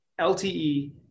LTE